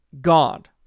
God